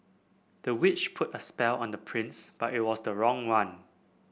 the witch put a spell on the prince but it was the wrong one